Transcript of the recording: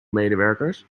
medewerkers